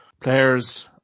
players